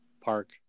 Park